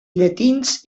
llatins